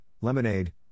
Lemonade